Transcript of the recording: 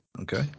Okay